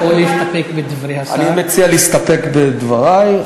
או להסתפק בדברי השר, אני מציע להסתפק בדברי.